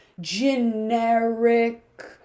generic